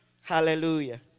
hallelujah